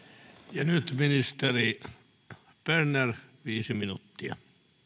ja nyt ministeri berner viisi minuuttia